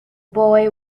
boy